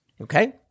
Okay